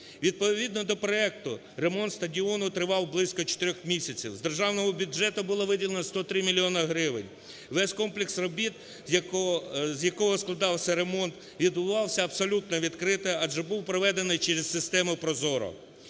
Відповідно до проекту ремонт стадіону тривав близько чотирьох місяців. З державного бюджету було виділено 103 мільйони гривень, весь комплекс робіт з якого складався ремонт, відбувався абсолютно відкрито, адже був проведений через систему ProZorro.